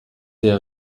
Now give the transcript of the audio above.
der